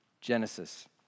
Genesis